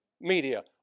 media